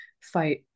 fight